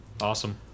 awesome